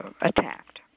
attacked